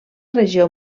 regió